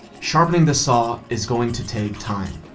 sharpening the saw is going to take time.